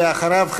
ואחריו,